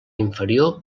inferior